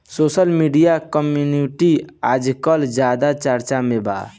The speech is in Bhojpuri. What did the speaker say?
सोसल मिडिया मार्केटिंग आजकल ज्यादा चर्चा में बा